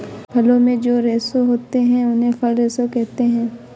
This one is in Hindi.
फलों में जो रेशे होते हैं उन्हें फल रेशे कहते है